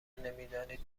نمیدانید